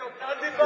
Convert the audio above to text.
זה הוצאת דיבה,